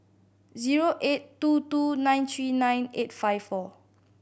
zero eight two two nine three nine eight five four